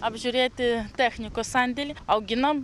apžiūrėti technikos sandėlį auginam